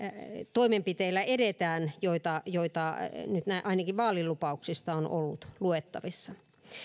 toimenpiteillä edetään joita joita nyt ainakin vaalilupauksista on ollut luettavissa